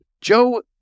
Joe